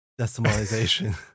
decimalization